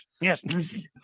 Yes